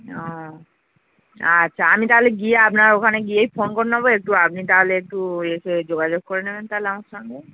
ও আচ্ছা আমি তাহলে গিয়ে আপনার ওখানে গিয়েই ফোন করে নেব একটু আপনি তাহলে একটু এসে যোগাযোগ করে নেবেন তাহলে আমার সঙ্গে